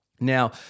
Now